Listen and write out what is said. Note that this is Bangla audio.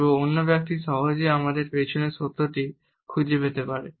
এবং অন্য ব্যক্তি সহজেই আমাদের পিছনের সত্যটি খুঁজে পেতে পারে